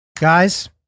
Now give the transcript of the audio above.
Guys